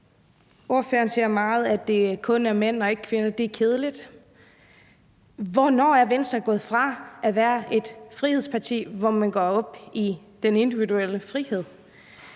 Ordføreren siger meget om, at det kun er mænd og ikke kvinder. Det er kedeligt. Hvornår er Venstre gået bort fra at være et frihedsparti, hvor man går op i den individuelle frihed?